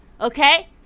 Okay